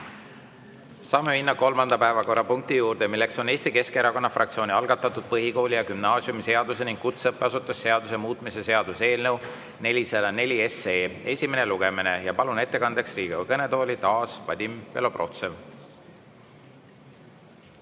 Saame minna kolmanda päevakorrapunkti juurde, milleks on Eesti Keskerakonna fraktsiooni algatatud põhikooli- ja gümnaasiumiseaduse ning kutseõppeasutuse seaduse muutmise seaduse eelnõu 404 esimene lugemine. Ma palun ettekandeks Riigikogu kõnetooli taas Vadim Belobrovtsevi.